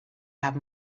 have